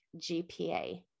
GPA